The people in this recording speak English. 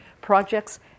projects